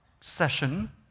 session